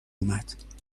اومد